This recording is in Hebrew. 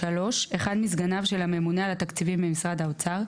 (3) אחד מסגניו של הממונה על התקציבים במשרד האוצר,